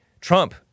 Trump